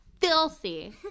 Filthy